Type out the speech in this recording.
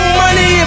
money